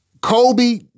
Kobe